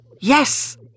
Yes